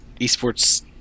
esports